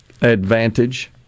advantage